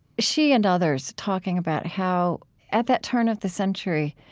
she and others talking about how at that turn of the century,